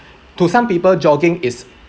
to some people jogging is